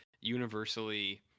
universally